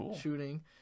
shooting